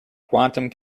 quantum